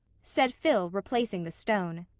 said phil, replacing the stone.